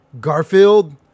Garfield